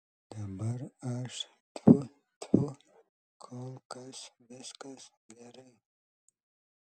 dabar aš tfu tfu kol kas viskas gerai